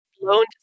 blown